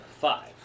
five